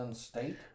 State